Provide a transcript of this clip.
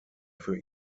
für